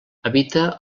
habita